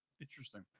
interesting